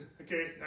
Okay